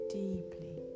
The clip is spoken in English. deeply